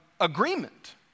agreement